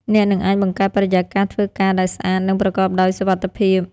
អ្នកនឹងអាចបង្កើតបរិយាកាសធ្វើការដែលស្អាត និងប្រកបដោយសុវត្ថិភាព។